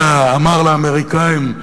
אמר לאמריקנים: